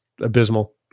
abysmal